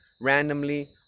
randomly